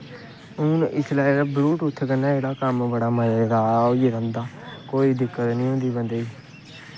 हून इसलै ब्लयूटुथ कन्नै कम्म जेह्ड़ा बड़े मजे नै होई जंदा कोई दिक्कत निं होंदी बंदे गी